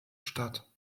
stadt